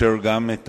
נאפשר גם את